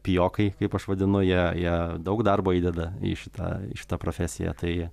pijokai kaip aš vadinu jie jie daug darbo įdeda į šitą į šitą profesiją tai